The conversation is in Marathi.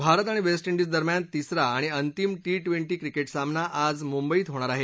भारत आणि वेस्ट डिज दरम्यान तिसरा आणि अंतिम टी ट्वेंटी सामना आज मुंबईत होणार आहे